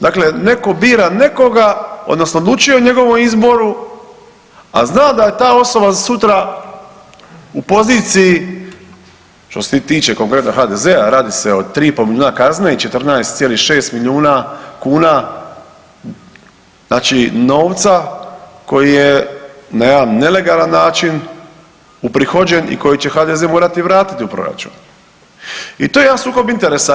Dakle, netko bira nekoga odnosno odlučuje o njegovom izboru, a zna da je ta osoba sutra u poziciji što se tiče konkretno HDZ-a radi se o 3,5 milijuna kuna kazne i 14,6 milijuna kuna znači novca koji je na jedan nelegalan način uprihođen i koji će HDZ-e morati vratiti u proračun i to je jedan sukob interesa.